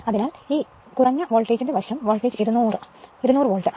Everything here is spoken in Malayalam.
അതിനാൽ ഈ ലോ വോൾട്ടേജ് വശം വോൾട്ടേജ് 200 വോൾട്ട്